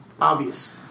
obvious